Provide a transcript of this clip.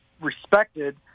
respected